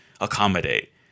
accommodate